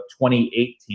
2018